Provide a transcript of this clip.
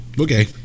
Okay